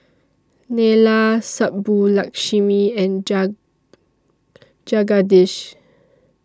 Neila Subbulakshmi and Jagadish